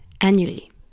annually